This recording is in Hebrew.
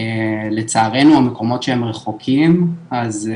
לצערנו המקומות שהם רחוקים אז,